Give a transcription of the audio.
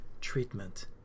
treatment